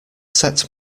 set